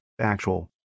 actual